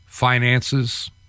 Finances